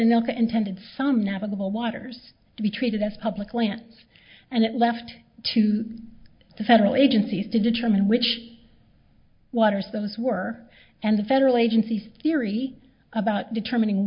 anelka intended some navigable waters to be treated as public land and it left to the federal agencies to determine which waters those were and the federal agencies theory about determining